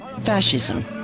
fascism